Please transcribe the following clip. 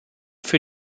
für